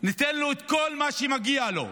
ניתן לו את כל מה שמגיע לו.